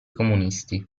comunisti